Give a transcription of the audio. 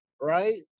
right